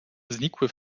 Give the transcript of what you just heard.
znikły